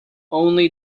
only